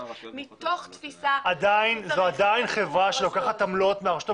מתוך תפיסה שצריך --- זו עדיין חברה שלוקחת עמלות מהרשות המקומית,